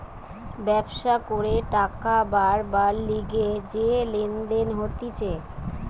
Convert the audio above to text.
ব্যবসা করে টাকা বারবার লিগে যে লেনদেন হতিছে